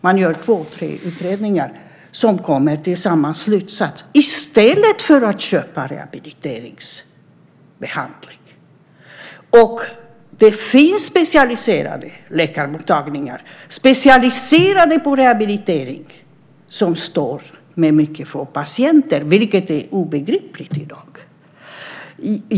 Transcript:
Man gör två eller tre utredningar som kommer till samma slutsats i stället för att köpa rehabiliteringsbehandling. Det finns läkarmottagningar som är specialiserade på rehabilitering som står med mycket få patienter, vilket är obegripligt i dag.